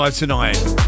tonight